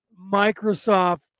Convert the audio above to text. Microsoft